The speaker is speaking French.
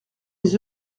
les